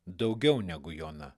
daugiau negu jona